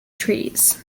trees